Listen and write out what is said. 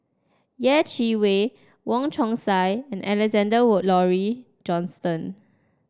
Yeh Chi Wei Wong Chong Sai and Alexander Laurie Johnston